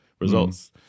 results